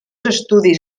estudis